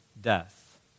death